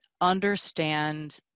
understand